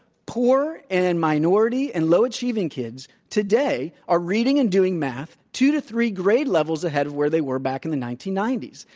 poor and minority and low achieving kids today are reading and doing math two to three grade levels ahead of where they were back in the nineteen ninety s.